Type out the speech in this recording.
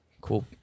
cool